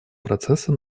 процесса